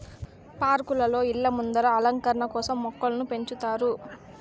పార్కులలో, ఇళ్ళ ముందర అలంకరణ కోసం మొక్కలను పెంచుతారు